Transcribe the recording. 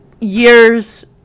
years